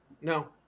No